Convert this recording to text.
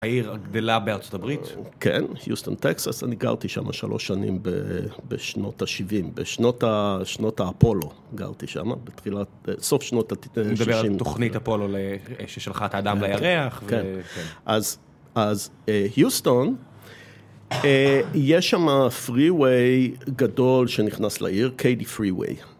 העיר הגדלה בארצות הברית? כן, היוסטון טקסס, אני גרתי שם שלוש שנים בשנות ה-70, בשנות, בשנות האפולו גרתי שם, בסוף שנות ה-70 הוא מדבר על תוכנית אפולו ששלחה את האדם לארח כן, אז, אז היוסטון, יש שם פרי-ווי גדול שנכנס לעיר, קיידי פרי-ווי